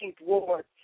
Ward